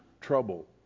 trouble